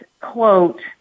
quote